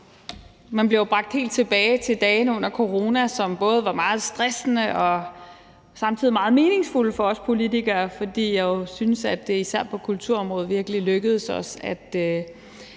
Man bliver jo bragt helt tilbage til dagene under corona, som både var meget stressende og samtidig meget meningsfulde for os politikere, især på kulturområdet, for jeg synes, det virkelig lykkedes os at